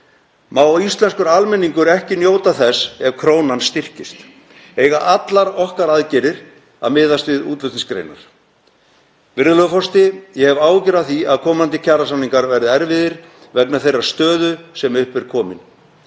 Má íslenskur almenningur ekki njóta þess ef krónan styrkist? Eiga allar okkar aðgerðir að miðast við útflutningsgreinar? Virðulegur forseti. Ég hef áhyggjur af því að komandi kjarasamningar verði erfiðir vegna þeirrar stöðu sem upp er komin.